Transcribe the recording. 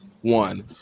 one